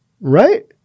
Right